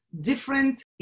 different